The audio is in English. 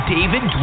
David